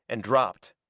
and dropped.